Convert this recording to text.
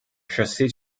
chasser